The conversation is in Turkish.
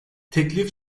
teklif